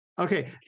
Okay